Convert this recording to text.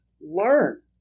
Learn